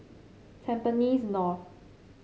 Tampines North